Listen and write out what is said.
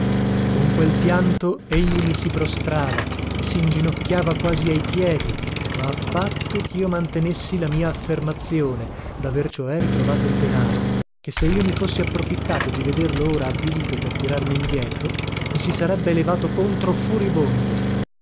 con quel pianto egli mi si prostrava mi singinocchiava quasi ai piedi ma a patto chio mantenessi la mia affermazione daver cioè ritrovato il denaro che se io mi fossi approfittato di vederlo ora avvilito per tirarmi indietro mi si sarebbe levato contro furibondo